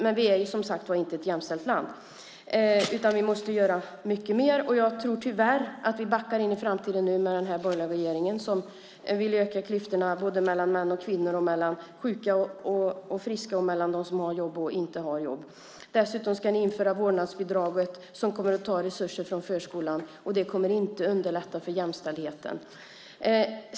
Men vi är, som sagt var, inte ett jämställt land, utan vi måste göra mycket mer. Jag tror tyvärr att vi backar in i framtiden med den borgerliga regeringen som vill öka klyftorna både mellan män och kvinnor, sjuka och friska och mellan dem som har och inte har jobb. Dessutom ska ni införa vårdnadsbidraget som kommer att ta resurser från förskolan. Det kommer inte att underlätta jämställdheten.